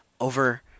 over